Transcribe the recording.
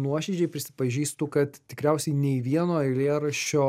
nuoširdžiai prisipažįstu kad tikriausiai nei vieno eilėraščio